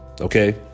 Okay